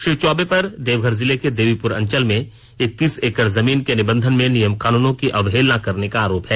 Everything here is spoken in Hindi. श्री चौबे पर देवघर जिले के देवीपुर अंचल में इकतीस एकड़ जमीन के निबंधन में नियम कानूनों की अवहेलना करने का आरोप है